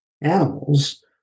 animals